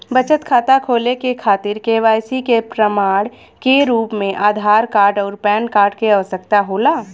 बचत खाता खोले के खातिर केवाइसी के प्रमाण के रूप में आधार आउर पैन कार्ड के आवश्यकता होला